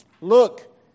Look